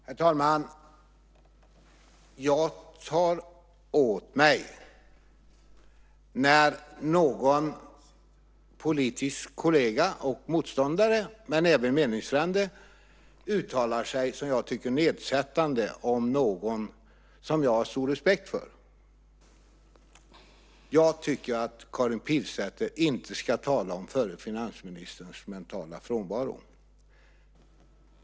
Herr talman! Jag tar åt mig när någon politisk kollega och motståndare, men även meningsfrände, uttalar sig, som jag tycker, nedsättande om någon som jag har stor respekt för. Jag tycker inte att Karin Pilsäter ska tala om förre finansministerns mentala frånvaro.